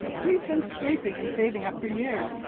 he's been scraping and saving up for years.